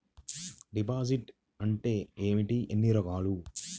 Deposit అంటే ఏమిటీ ఎన్ని రకాలు?